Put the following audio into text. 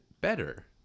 better